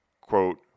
quote